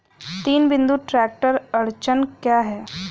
तीन बिंदु ट्रैक्टर अड़चन क्या है?